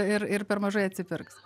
ir ir per mažai atsipirks